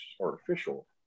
artificial